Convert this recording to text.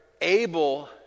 able